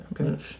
Okay